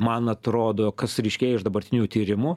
man atrodo kas ryškėja iš dabartinių tyrimų